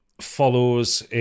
follows